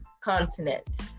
continent